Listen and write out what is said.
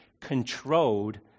controlled